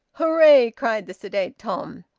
hooray, cried the sedate tom.